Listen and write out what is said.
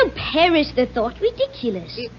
ah perish the thought. ridiculous